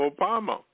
obama